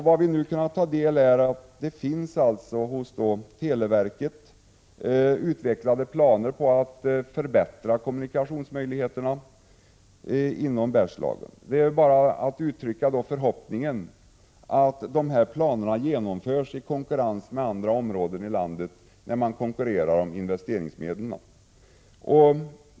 Vad vi nu kunnat ta del av är att det vid televerket finns utvecklade planer på att förbättra kommunikationsmöjligheterna inom Bergslagen. Jag kan då bara uttrycka förhoppningen att man genomför dessa planer i konkurrens med andra områden i landet, när man konkurrerar om investeringsmedlen.